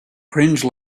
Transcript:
cringe